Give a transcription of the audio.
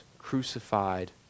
crucified